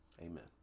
Amen